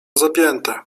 zapięte